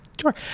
Sure